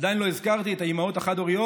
עדיין לא הזכרתי את האימהות החד-הוריות